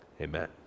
Amen